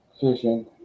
fishing